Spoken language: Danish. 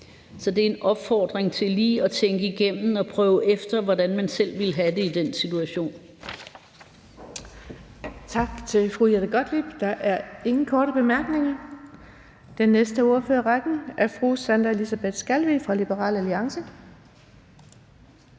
Så det er en opfordring til lige at tænke igennem og prøve efter, hvordan man selv ville have det i den situation. Kl. 10:58 Den fg. formand (Birgitte Vind): Tak til fru Jette Gottlieb. Der er ingen korte bemærkninger. Den næste ordfører i rækken er fru Sandra Elisabeth Skalvig fra Liberal Alliance.